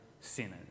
sinners